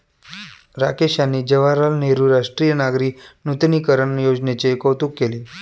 राकेश यांनी जवाहरलाल नेहरू राष्ट्रीय नागरी नूतनीकरण योजनेचे कौतुक केले